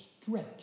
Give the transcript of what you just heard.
stretch